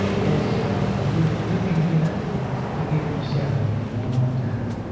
is we're looking to get out there to get in the saddle one more time.